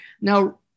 Now